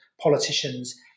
politicians